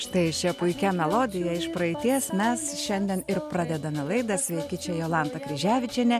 štai šia puikia melodija iš praeities mes šiandien ir pradedame laidą sveiki čia jolanta kryževičienė